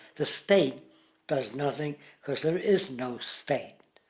the state does nothing because there is no state.